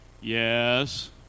Yes